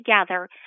together